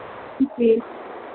जी